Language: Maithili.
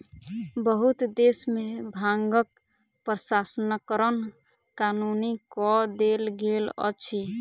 बहुत देश में भांगक प्रसंस्करण कानूनी कअ देल गेल अछि